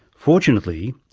fortunately,